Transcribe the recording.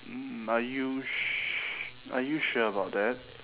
mm are you s~ are you sure about that